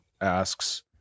asks